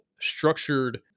structured